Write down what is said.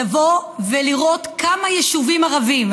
לבוא ולראות כמה יישובים ערביים,